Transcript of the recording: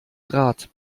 grad